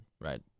right